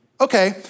Okay